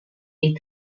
est